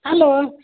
hello